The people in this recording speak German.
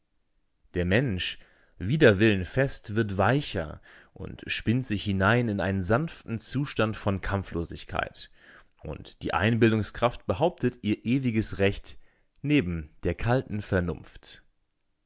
der mensch wider willen fest wird weicher und spinnt sich hinein in einen sanften zustand von kampflosigkeit und die einbildungskraft behauptet ihr ewiges recht neben der kalten vernunft